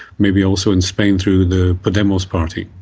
maybe also in spain through the podemos party.